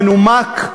קו מנומק,